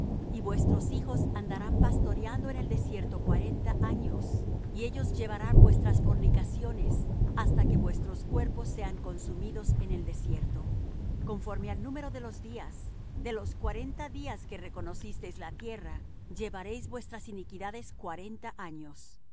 y vuestros hijos andarán pastoreando en el desierto cuarenta años y ellos llevarán vuestras fornicaciones hasta que vuestros cuerpos sean consumidos en el desierto conforme al número de los días de los cuarenta días en que reconocisteis la tierra llevaréis vuestras iniquidades cuarenta años